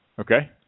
Okay